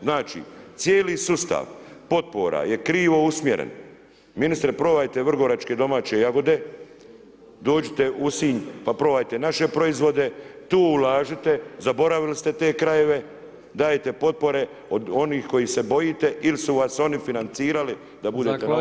Znači cijeli sustav potpora je krivo usmjeren, ministre probajte Vrgoračke domaće jagode, dođite u Sinj pa probajte naše proizvode, tu ulažite, zaboravili ste te krajeve, dajete potpore od onih kojih se bojite ili su vas oni financirali da budete na ovom položaju.